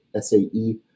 SAE